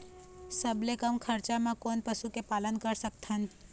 सबले कम खरचा मा कोन पशु के पालन कर सकथन?